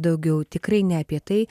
daugiau tikrai ne apie tai